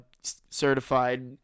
certified